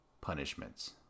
punishments